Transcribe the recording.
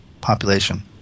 population